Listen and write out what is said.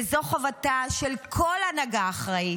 וזאת חובתה של כל הנהגה אחראית.